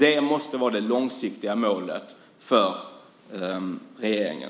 Det måste vara det långsiktiga målet för regeringen.